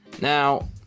Now